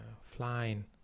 flying